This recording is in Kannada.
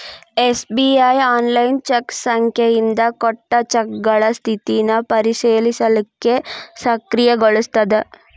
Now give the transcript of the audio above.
ಎಸ್.ಬಿ.ಐ ಆನ್ಲೈನ್ ಚೆಕ್ ಸಂಖ್ಯೆಯಿಂದ ಕೊಟ್ಟ ಚೆಕ್ಗಳ ಸ್ಥಿತಿನ ಪರಿಶೇಲಿಸಲಿಕ್ಕೆ ಸಕ್ರಿಯಗೊಳಿಸ್ತದ